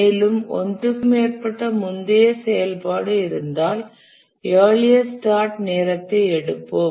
மேலும் ஒன்றுக்கு மேற்பட்ட முந்தைய செயல்பாடு இருந்தால் இயர்லியஸ்ட் ஸ்டார்ட் நேரத்தை எடுப்போம்